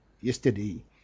yesterday